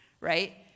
right